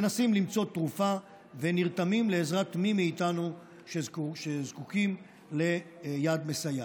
מנסים למצוא תרופה ונרתמים לעזרת מי מאיתנו שזקוקים ליד מסייעת.